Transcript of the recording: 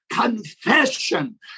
confession